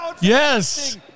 Yes